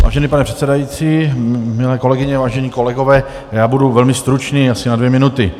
Vážený pane předsedající, milé kolegyně, vážení kolegové, já budu velmi stručný, asi na dvě minuty.